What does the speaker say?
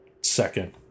second